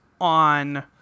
on